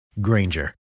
Granger